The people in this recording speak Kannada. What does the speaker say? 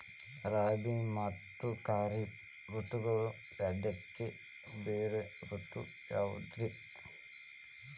ರಾಬಿ ಮತ್ತ ಖಾರಿಫ್ ಋತುಗಳ ಮಧ್ಯಕ್ಕ ಬರೋ ಋತು ಯಾವುದ್ರೇ?